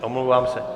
Omlouvám se.